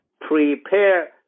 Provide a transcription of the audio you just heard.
prepare